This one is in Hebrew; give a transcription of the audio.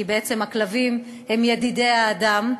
כי בעצם הכלבים הם ידידי האדם,